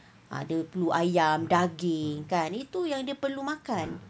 ah dia perlu ayam daging kan itu yang dia perlu makan